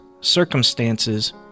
circumstances